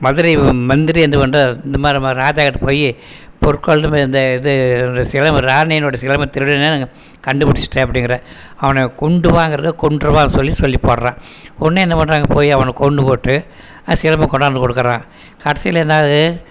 மதுரை மந்திரி என்ன பண்ணுறார் இந்தமாதிரி ராஜாக்கிட்ட போய் பொற்கொல்லன் இந்த இது இந்த சிலம்பை ராணியினுடைய சிலம்பை திருடினேன்னு கண்டுபிடிச்சிட்டேன் அப்படிங்குறார் அவனை கொண்டுவாங்குறதை கொன்றுவான்னு சொல்லி போடறார் உடனே என்ன பண்ணுறாங்க போய் அவனை கொன்று போட்டு சிலம்பாய் கொண்டாந்து கொடுக்கறான் கடைசியில் என்னாகுது